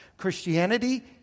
Christianity